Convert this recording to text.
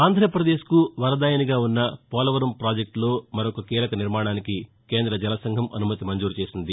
ఆంధ్రాప్రదేశ్కు వరదాయనిగా ఉన్న పోలవరం పాజెక్టులో మరొక కీలక నిర్మాణానికి కేంద జలసంఘం అనుమతి మంజూరు చేసింది